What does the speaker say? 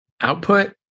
output